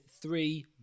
three